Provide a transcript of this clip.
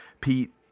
Pete